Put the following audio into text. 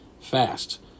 Fast